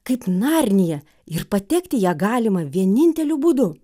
kaip narnija ir patekti į ją galima vieninteliu būdu